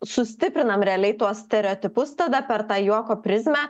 sustiprinam realiai tuos stereotipus tada per tą juoko prizmę